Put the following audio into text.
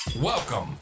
Welcome